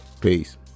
Peace